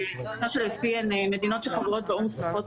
שלפיהן מדינות שחברות באו"ם צריכות